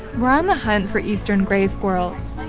we're on the hunt for eastern grey squirrels,